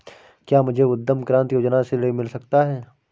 क्या मुझे उद्यम क्रांति योजना से ऋण मिल सकता है?